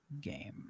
game